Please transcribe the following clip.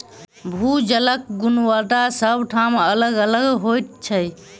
भू जलक गुणवत्ता सभ ठाम अलग अलग होइत छै